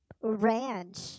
ranch